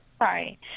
Sorry